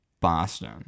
Boston